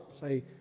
Say